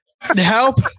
help